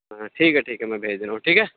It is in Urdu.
ٹھیک ہے ٹھیک ہے میں بھیج دے رہا ہوں ٹھیک ہے